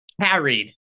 carried